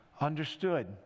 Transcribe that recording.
understood